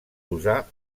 posar